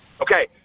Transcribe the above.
Okay